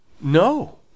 No